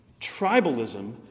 Tribalism